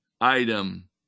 item